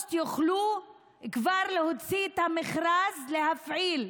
שבאוגוסט כבר יוכלו להוציא את המכרז, להפעיל,